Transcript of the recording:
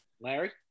Larry